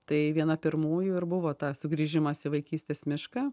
tai viena pirmųjų ir buvo ta sugrįžimas į vaikystės mišką